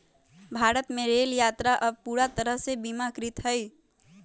भारत में रेल यात्रा अब पूरा तरह से बीमाकृत हई